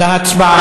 להצבעה,